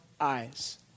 eyes